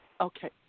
Okay